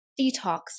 detox